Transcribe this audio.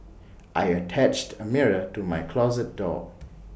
I attached A mirror to my closet door